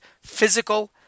physical